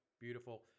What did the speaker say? beautiful